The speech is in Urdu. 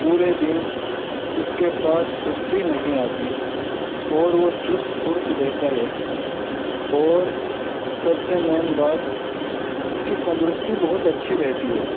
پورے دن اس کے پاس سستی نہیں آتی اور وہ چست پھرت رہتا ہے اور سب سے مین بات اس کی تندرستی بہت اچھی رہتی ہے